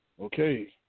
Okay